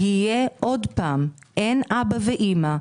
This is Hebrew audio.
שזה יהיה עוד פעם מבין שאין אבא ואימא,